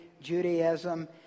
Judaism